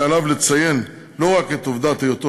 יהיה עליו לציין לא רק את עובדת היותו